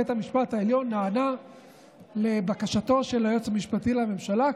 בית המשפט העליון נענה לבקשתו של היועץ המשפטי לממשלה,